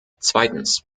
zweitens